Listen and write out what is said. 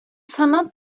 sanat